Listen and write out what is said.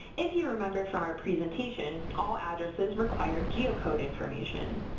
if you remember from our presentation, all addresses require geocode information.